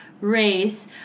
race